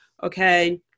Okay